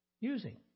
using